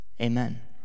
Amen